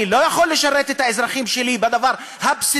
אני לא יכול לשרת את האזרחים שלי בדבר הבסיסי,